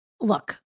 look